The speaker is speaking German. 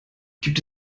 gibt